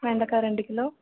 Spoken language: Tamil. வெண்டக்காய் ரெண்டு கிலோ